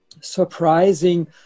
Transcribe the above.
surprising